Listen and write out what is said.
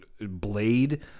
blade